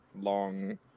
long